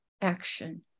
action